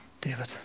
David